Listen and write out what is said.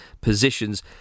positions